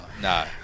no